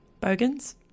Bogans